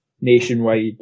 nationwide